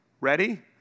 Ready